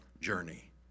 journey